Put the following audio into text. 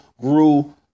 grew